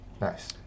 Nice